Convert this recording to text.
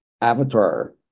avatar